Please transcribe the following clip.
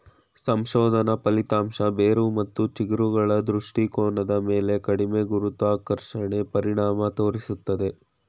ಸಂಶೋಧನಾ ಫಲಿತಾಂಶ ಬೇರು ಮತ್ತು ಚಿಗುರುಗಳ ದೃಷ್ಟಿಕೋನದ ಮೇಲೆ ಕಡಿಮೆ ಗುರುತ್ವಾಕರ್ಷಣೆ ಪರಿಣಾಮ ತೋರ್ಸಿದೆ